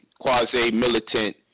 quasi-militant